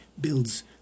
builds